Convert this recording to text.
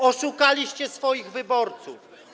Oszukaliście swoich wyborców.